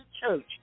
church